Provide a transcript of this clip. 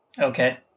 Okay